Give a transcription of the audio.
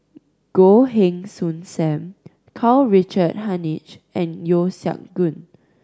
Goh Heng Soon Sam Karl Richard Hanitsch and Yeo Siak Goon